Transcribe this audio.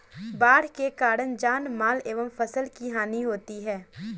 बाढ़ के कारण जानमाल एवं फसल की हानि होती है